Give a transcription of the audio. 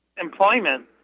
employment